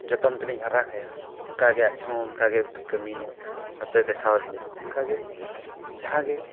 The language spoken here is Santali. ᱡᱚᱛᱚᱱ ᱛᱮᱞᱤᱧ ᱦᱟᱨᱟ ᱠᱟᱭᱟ ᱚᱱᱠᱟ ᱜᱮ ᱟᱡᱦᱚᱸ ᱚᱱᱠᱟᱜᱮ ᱠᱟᱹᱢᱤ ᱠᱟᱛᱮᱫ ᱫᱮᱠᱷᱟᱣ ᱟᱹᱞᱤᱧᱟ ᱚᱱᱠᱟᱜᱮ ᱡᱟᱦᱟᱸ ᱜᱮ